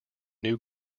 new